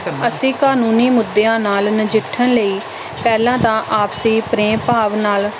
ਅਸੀਂ ਕਾਨੂੰਨੀ ਮੁੱਦਿਆਂ ਨਾਲ ਨਜਿੱਠਣ ਲਈ ਪਹਿਲਾਂ ਤਾਂ ਆਪਸੀ ਪ੍ਰੇਮ ਭਾਵ ਨਾਲ